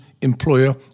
employer